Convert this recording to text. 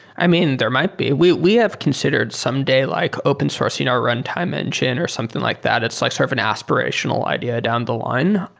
i mean, there might be. we we have considered someday like open sourcing our runtime engine or something like that. it's like sort of an aspirational idea down the line.